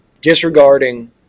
disregarding